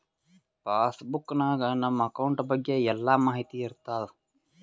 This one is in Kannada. ಪಾಸ್ ಬುಕ್ ನಾಗ್ ನಮ್ ಅಕೌಂಟ್ ಬಗ್ಗೆ ಎಲ್ಲಾ ಮಾಹಿತಿ ಇರ್ತಾದ